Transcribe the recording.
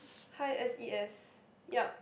high s_e_s yup